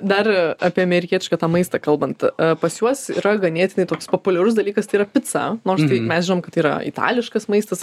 dar apie amerikietišką tą maistą kalbant pas juos yra ganėtinai toks populiarus dalykas tai yra pica nors tai mes žinom kad tai yra itališkas maistas